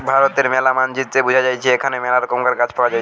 ভারতের ম্যালা মানচিত্রে বুঝা যাইতেছে এখানে মেলা রকমের গাছ পাওয়া যাইতেছে